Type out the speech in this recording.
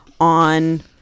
on